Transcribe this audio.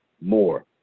more